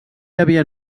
havia